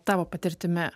tavo patirtimi